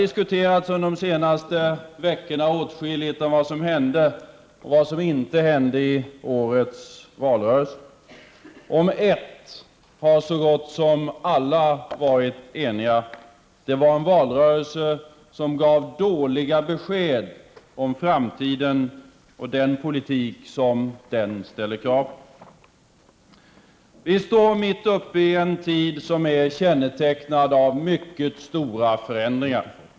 Det har under de senaste veckorna diskuterats åtskilligt om vad som hände och vad som inte hände i årets valrörelse. Om ett har så gott som alla varit eniga: det var en valrörelse som gav dåliga besked om framtiden och den politik som den ställer krav på. Vi står mitt uppe i en tid kännetecknad av mycket stora förändringar.